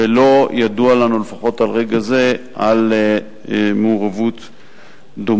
ולא ידוע לנו, לפחות עד רגע זה, על מעורבות דומה.